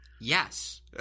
Yes